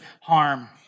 harm